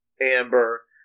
Amber